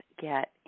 get